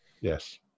Yes